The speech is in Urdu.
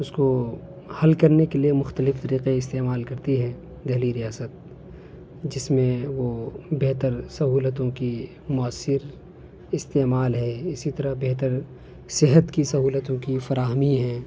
اس کو حل کرنے کے لیے مختلف طریقے استعمال کرتی ہے دہلی ریاست جس میں وہ بہتر سہولتوں کی موثر استعمال ہے اسی طرح بہتر صحت کی سہولتوں کی فراہمی ہے